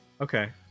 Okay